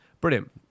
Brilliant